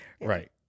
Right